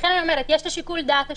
לכן אני אומרת: יש את שיקול הדעת השיפוטי,